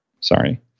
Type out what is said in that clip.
sorry